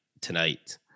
tonight